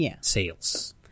sales